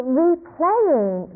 replaying